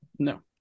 No